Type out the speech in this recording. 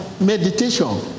meditation